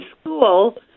school